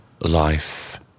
life